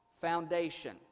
Foundation